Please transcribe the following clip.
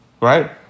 right